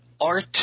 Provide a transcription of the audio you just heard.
Art